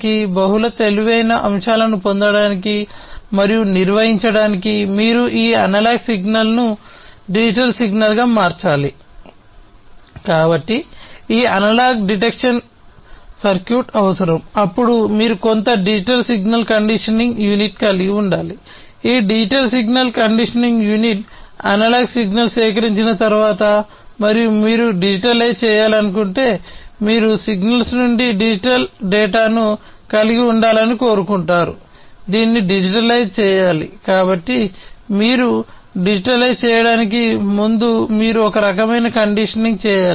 మరియు బహుళ తెలివైన అంశాలను పొందడానికి మరియు నిర్వహించడానికి మీరు ఈ అనలాగ్ సిగ్నల్ను చేయడానికి ముందు మీరు ఒక రకమైన కండిషనింగ్ చేయాలి